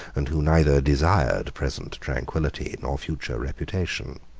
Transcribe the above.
and who neither desired present tranquility nor future reputation.